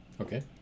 Okay